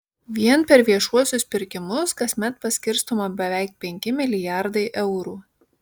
vien per viešuosius pirkimus kasmet paskirstoma beveik penki milijardai eurų